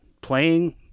playing